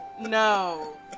no